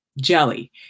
Jelly